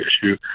issue